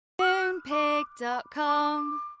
Moonpig.com